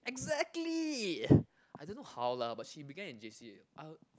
exactly I don't know how lah but she began in J_C uh